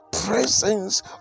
presence